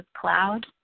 cloud